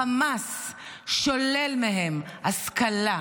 חמאס שולל מהם השכלה,